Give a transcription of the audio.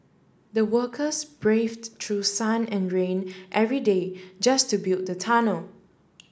the workers braved through sun and rain every day just to build the tunnel